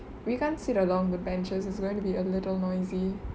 we can't sit along the benches it's going to be a little noisy